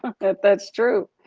that's true.